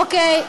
אוקיי.